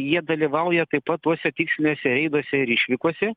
jie dalyvauja taip pat tuose tiksliniuose reiduose ir išvykose